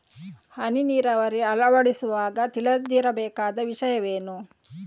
ಹನಿ ನೀರಾವರಿ ಅಳವಡಿಸುವಾಗ ತಿಳಿದಿರಬೇಕಾದ ವಿಷಯವೇನು?